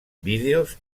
vídeos